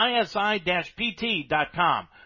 isi-pt.com